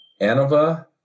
Anova